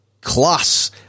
class